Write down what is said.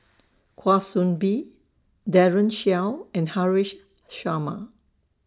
Kwa Soon Bee Daren Shiau and Haresh Sharma